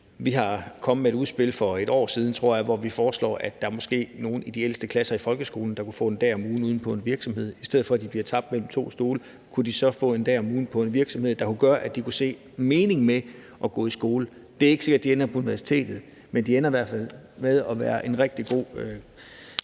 Vi er kommet med et udspil for et år siden, tror jeg, hvor vi foreslår, at der måske var nogle i de ældste klasser i folkeskolen, der kunne få en dag om ugen ude på en virksomhed. I stedet for at de bliver tabt mellem to stole, kunne de så få en dag om ugen på en virksomhed, der kunne gøre, at de kunne se meningen med at gå i skole. Det er ikke sikkert, de ender på universitetet, men de ender i hvert fald med at få et godt